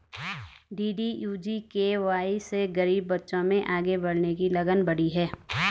DDU GKY से गरीब बच्चों में आगे बढ़ने की लगन बढ़ी है